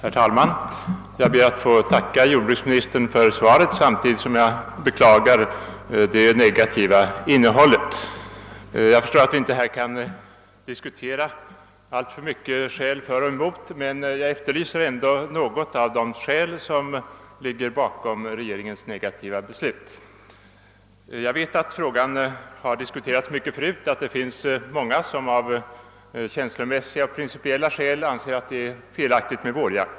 Herr talman! Jag ber att få tacka jordbruksministern för svaret samtidigt som jag beklagar dess negativa innehåll. Jag förstår att vi inte här alltför mycket kan diskutera skäl för och emot, men jag efterlyser ändå något av de skäl som ligger bakom regeringens negativa beslut. Jag vet att frågan tidigare har diskuterats mycket och att det finns många som på känslomässiga och principiella grunder anser det felaktigt med vårjakt.